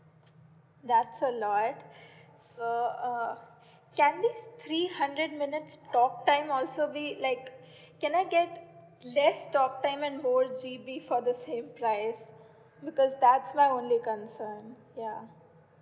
that's a lot so uh can this three hundred minutes talk time also be like can I get less talk time and more G_B for the same price because that's my only concern ya